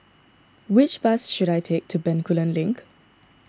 which bus should I take to Bencoolen Link